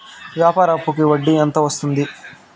వ్యాపార అప్పుకి వడ్డీ ఎంత వస్తుంది?